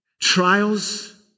trials